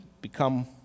become